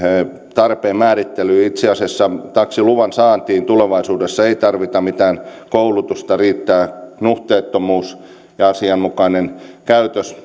tarpeen määrittely itse asiassa taksiluvan saantiin tulevaisuudessa ei tarvita mitään koulutusta riittää nuhteettomuus ja asianmukainen käytös